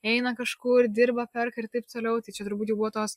eina kažkur dirba perka ir taip toliau tai čia turbūt jau buvo tos